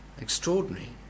extraordinary